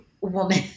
woman